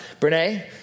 Brene